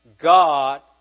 God